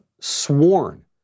sworn